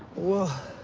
well,